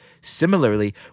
Similarly